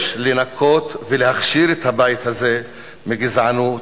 לנקות ולהכשיר את הבית הזה מגזענות,